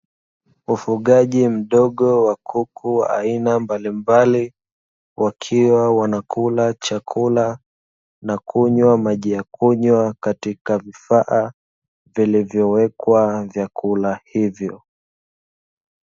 Ufugaji mdogo wa kuku wa aina mbalimbali, wakiwa wanakula chakula na kunywa maji ya kunywa, katika vifaa vilivyowekwa vyakula hivyo.